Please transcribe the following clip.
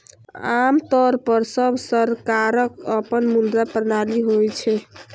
आम तौर पर सब सरकारक अपन मुद्रा प्रणाली होइ छै